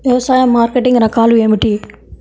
వ్యవసాయ మార్కెటింగ్ రకాలు ఏమిటి?